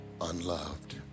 unloved